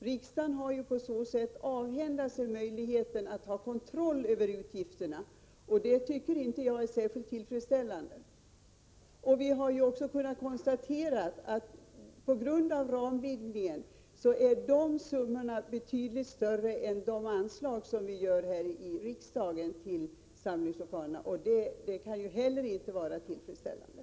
Riksdagen har på så sätt avhänt sig möjligheten att ha kontroll över utgifterna. Det tycker jag inte är särskilt tillfredsställande. Vi har också kunnat konstatera att de här summorna på grund av ramvidgningen är betydligt större än de anslag till samlingslokaler som riksdagen beslutat om. Det kan inte heller vara tillfredsställande.